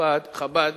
בתי-חב"ד